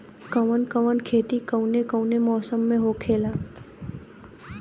कवन कवन खेती कउने कउने मौसम में होखेला?